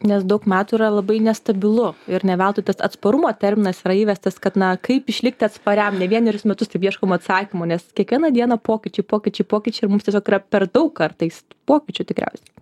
nes daug metų yra labai nestabilu ir ne veltui tas atsparumo terminas yra įvestas kad na kaip išlikti atspariam ne vienerius metus taip ieškom atsakymo nes kiekvieną dieną pokyčiai pokyčiai pokyčiai ir mums tiesiog yra per daug kartais pokyčių tikriausiai